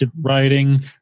Writing